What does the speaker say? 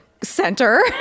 center